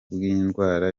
bw’indwara